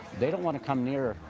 they don't wanna come nearer.